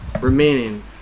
remaining